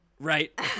Right